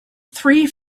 three